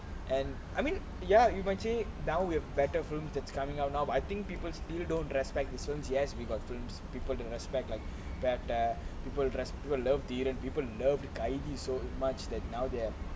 and I mean ya you might say now with better films that's coming out now but I think people still don't respect the films yes we got films people don't respect like better people dress people love durian people love the guy already so much that now they have